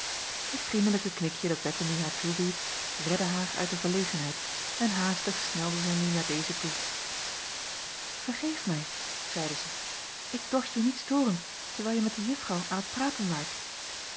het vriendelijke knikje dat bettemie haar toewierp redde haar uit de verlegenheid en haastig snelde zij nu naar deze toe vergeef mij zeide zij ik dorst u niet storen terwijl je met de juffrouw aan t praten waart